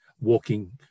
walking